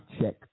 check